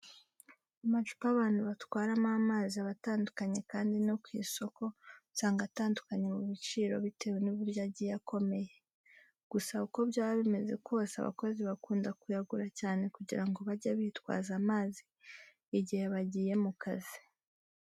Amacupa abantu batwaramo amazi aba atandukanye kandi no ku isoko usanga atandukanye mu biciro bitewe n'uburyo agiye akomeye. Gusa uko byaba bimeze kose abakozi bakunda kuyagura cyane kugira ngo bajye bitwaza amazi igihe bagiye mu kazi.